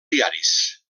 diaris